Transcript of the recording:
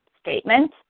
statement